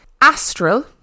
Astral